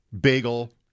Bagel